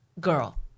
girl